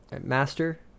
master